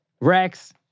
Rex